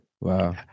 Wow